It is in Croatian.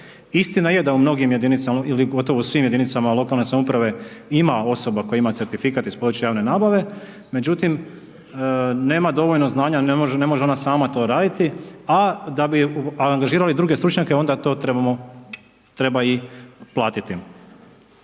Istina je da u mnogim jedinicama ili gotovo u svim jedinicama lokalne samouprave ima osoba koja ima certifikat iz područja javne nabave, međutim nema dovoljno znanja, ne može ona sama to raditi, a da bi angažirali druge stručnjake onda to trebamo, treba i platiti.